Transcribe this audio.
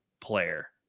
player